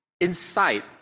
inside